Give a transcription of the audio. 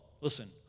listen